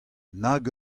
nag